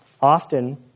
often